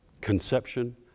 Conception